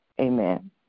Amen